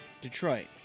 Detroit